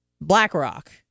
BlackRock